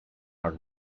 her